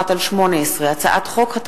פ/2831/18 וכלה בהצעת חוק פ/2845/18,